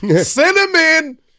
cinnamon